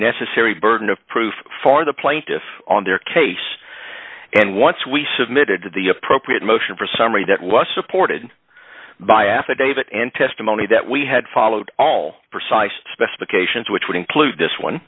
necessary burden of proof for the plaintiff on their case and once we submitted to the appropriate motion for summary that was supported by affidavit and testimony that we had followed all precise specifications which would include this one